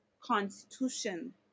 constitution